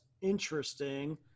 interesting